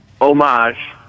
homage